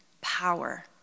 power